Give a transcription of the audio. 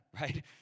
right